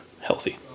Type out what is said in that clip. healthy